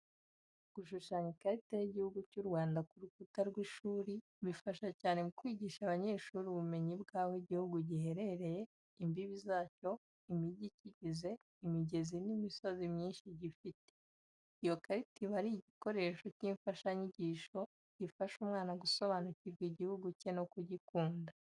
Gushushanya ikarita y'Igihugu cy'u Rwanda ku rukuta rw'ishuri bifasha cyane mu kwigisha abanyeshuri ubumenyi bw'aho igihugu giherereye, imbibi zacyo, imijyi ikigize, imigezi n'imisozi myinshi gifite. Iyo karita iba ari nk'igikoresho cy'imfashanyigisho gifasha umwana gusobanukirwa igihugu cye no kugikunda.